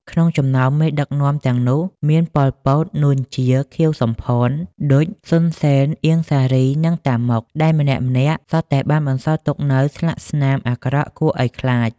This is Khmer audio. ក្នុងចំណោមមេដឹកនាំទាំងនោះ មានប៉ុល ពត នួន ជា ខៀវ សំផន ឌុច សុន សេន អៀង សារី និងតាម៉ុក ដែលម្នាក់ៗសុទ្ធតែបានបន្សល់ទុកនូវស្លាកស្នាមអាក្រក់គួរឱ្យខ្លាច។